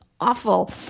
awful